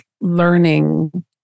learning